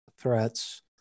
threats